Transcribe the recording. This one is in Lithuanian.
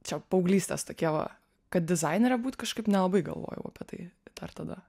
čia paauglystės tokie va kad dizainere būti kažkaip nelabai galvojau apie tai dar tada